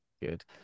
good